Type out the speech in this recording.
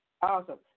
Awesome